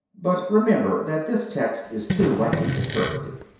but remember that this text is too lightly interpreted.